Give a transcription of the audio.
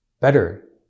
better